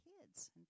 kids